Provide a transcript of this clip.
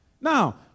Now